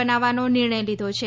બનાવવાનો નિર્ણય લીધો છે